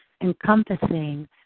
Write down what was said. encompassing